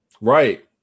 Right